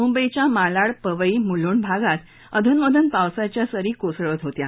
मुंबईच्या मालाड पवई मुलुंड भागात अधूनमधून पावसाच्या सरी कोसळत होत्या